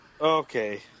Okay